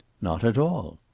not at all.